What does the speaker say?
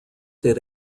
did